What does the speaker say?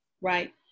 right